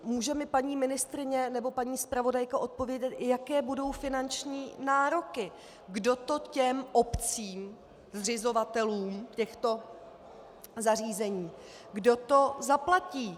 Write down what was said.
Může mi paní ministryně nebo paní zpravodajka odpovědět, jaké budou finanční nároky, kdo to těm obcím, zřizovatelům těchto zařízení, kdo to zaplatí?